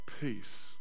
peace